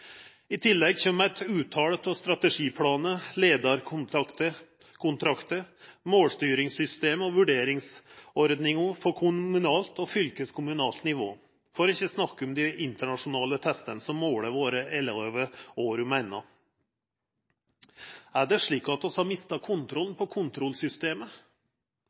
I tillegg kjem eit utal av strategiplanar, leiarkontraktar, målstyringssystem og vurderingsordningar på kommunalt og fylkeskommunalt nivå, for ikkje å snakka om dei internasjonale testane som måler elevane våre år om anna. Er det slik at vi har mista kontrollen på kontrollsystemet?